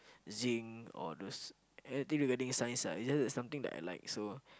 zinc or all those everything regarding science ah it's just that something that I like so